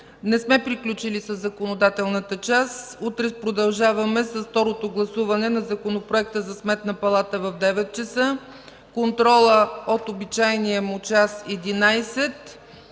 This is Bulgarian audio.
Не сме приключили със законодателната част, утре продължаваме с второто гласуване на Законопроекта за Сметната палата в 9,00 ч. Контролът ще е от обичайния му час – 11,00